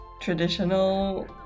traditional